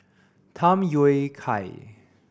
Tham Yui Kai